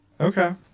Okay